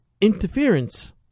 interference